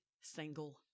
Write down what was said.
single